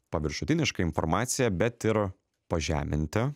paviršutinišką informacija bet ir pažeminti